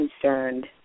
concerned